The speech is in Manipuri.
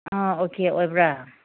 ꯑꯣ ꯑꯣꯀꯦ ꯑꯣꯏꯕ꯭ꯔꯥ